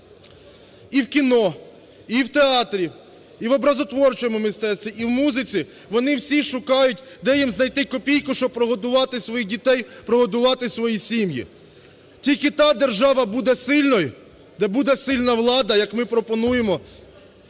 і в кіно, і в театрі, і в образотворчому мистецтві, і в музиці, вони всі шукають, де їм знайти копійку, щоб прогодувати своїх дітей, прогодувати свої сім'ї? Тільки та держава буде сильною, де буде сильна влада. Як ми пропонуємо